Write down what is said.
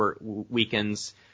weakens